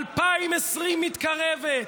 2020 מתקרבת.